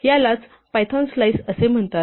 यालाच Python slice असे म्हणतात